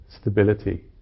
Stability